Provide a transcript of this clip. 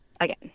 Again